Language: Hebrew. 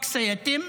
(אומר דברים בערבית,